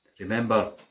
Remember